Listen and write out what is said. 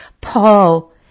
Paul